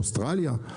אוסטרליה.